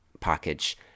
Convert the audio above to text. Package